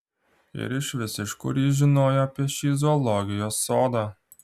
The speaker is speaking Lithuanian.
ir išvis iš kur ji žinojo apie šį zoologijos sodą